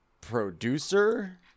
producer